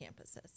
campuses